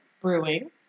Brewing